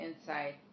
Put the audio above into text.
inside